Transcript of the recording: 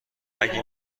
اگه